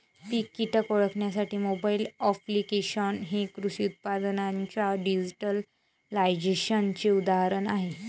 पीक कीटक ओळखण्यासाठी mobile applications हे कृषी उत्पादनांच्या डिजिटलायझेशनचे उदाहरण आहे